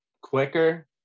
quicker